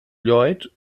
lloyd